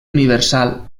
universal